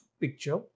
picture